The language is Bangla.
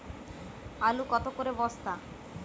আলু কত করে বস্তা?